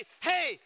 hey